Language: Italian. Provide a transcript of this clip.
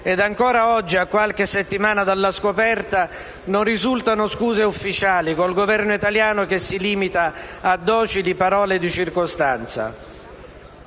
e ancora oggi, a qualche settimana dalla scoperta, non risultano scuse ufficiali, col Governo italiano che si limita a docili parole di circostanza.